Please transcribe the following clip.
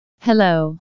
hello